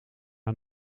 aan